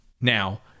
Now